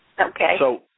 Okay